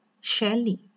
Shelley